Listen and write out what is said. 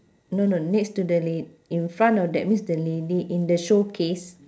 no no next to the lad~ in front of that means the lady in the showcase